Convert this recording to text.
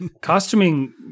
Costuming